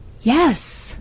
Yes